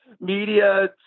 media